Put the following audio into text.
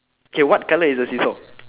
okay what colour is the seesaw